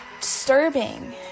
disturbing